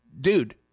dude